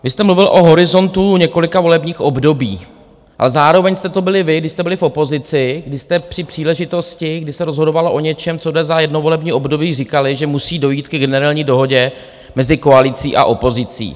Vy jste mluvil o horizontu několika volebních období, ale zároveň jste to byli vy, když jste byli v opozici, když jste při příležitosti, kdy se rozhodovalo o něčem, co jde za jedno volební období, říkali, že musí dojít ke generální dohodě mezi koalicí a opozicí.